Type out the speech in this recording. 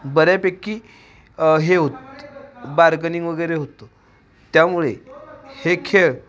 बऱ्यापैकी हे होत बार्गनिंग वगैरे होतं त्यामुळे हे खेळ